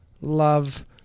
Love